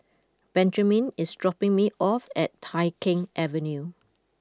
Benjiman is dropping me off at Tai Keng Avenue